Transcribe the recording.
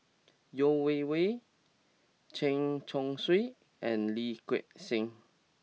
Yeo Wei Wei Chen Chong Swee and Lee Gek Seng